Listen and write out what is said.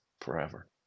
forever